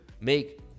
make